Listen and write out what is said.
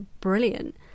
brilliant